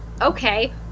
okay